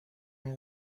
این